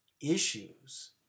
issues